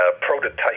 prototype